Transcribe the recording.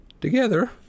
Together